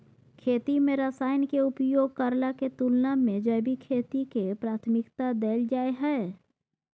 खेती में रसायन के उपयोग करला के तुलना में जैविक खेती के प्राथमिकता दैल जाय हय